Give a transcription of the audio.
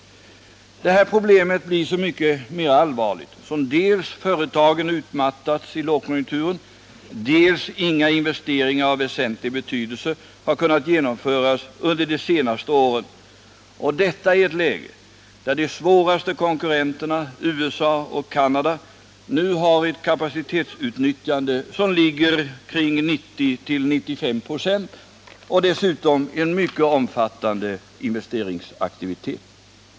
Det här problemet blir så mycket mera allvarligt som företagen dels utmattats i lågkonjunkturen, dels inte har kunnat genomföra några investeringar av väsentlig betydelse de senaste åren, och detta i ett läge där de svåraste konkurrenterna, USA och Canada, nu har ett kapacitetsutnyttjande som ligger kring 90-95 96 och dessutom har en omfattande investeringsaktivitet.